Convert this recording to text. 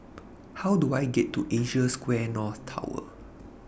How Do I get to Asia Square North Tower